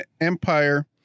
empire